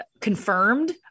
confirmed